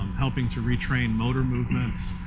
um helping to retrain motor movements.